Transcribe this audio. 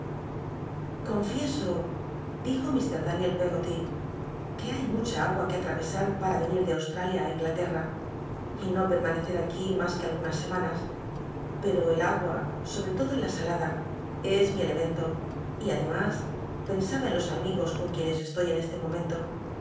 connco dijo m daniel peggoty qnc hay mucha agua que nllarcsa para rcnit de australia á inglaterra y no permanecer aquí mas uc algunas semanas pero el ngna sobre todo la salada es mi elemento y ademas pensaba en los amigos con quienes estoy en este momento